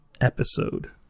episode